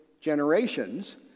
generations